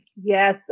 Yes